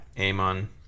Amon